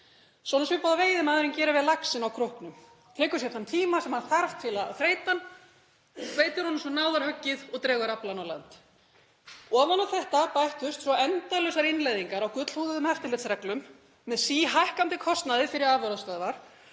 svona svipað og veiðimaðurinn gerir við laxinn á króknum; tekur sér þann tíma sem þarf til að þreyta hann, veitir honum svo náðarhöggið og dregur aflann á land. Ofan á þetta bættust svo endalausar innleiðingar á gullhúðuðum eftirlitsreglum með síhækkandi kostnaði fyrir afurðastöðvar